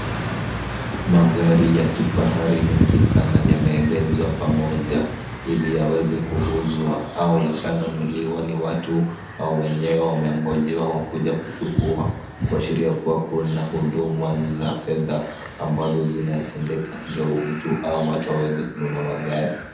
Magari ya kifahari mengi sana yameegeshwa pamoja ili yaweze kuuzwa au yashanunuliwa ni watu hao wenyewe wamengojewa kuja kuchukua. Kuashiria kuwa kuna huduma za fedha ambazo zinatendeka ndio mtu au watu waweze kununua magari.